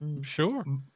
Sure